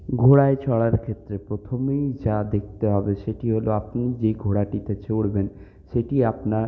ঘোড়ায় চড়ার ক্ষেত্রে প্রথমেই যা দেখতে হবে সেটি হল আপনি যে ঘোড়াটিতে চড়বেন সেটি আপনার